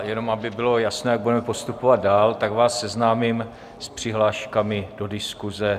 Jenom aby bylo jasno, jak budeme postupovat dál, tak vás seznámím s přihláškami do diskuze.